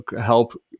help